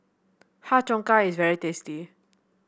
Har Cheong Gai is very tasty